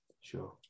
Sure